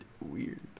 weird